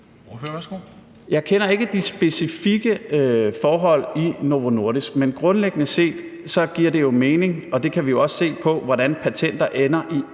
Jeg kender ikke de specifikke forhold i Novo Nordisk, men grundlæggende set giver det jo mening – og det kan vi også se, ud fra hvordan patenter ender i